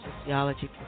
Sociology